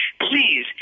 please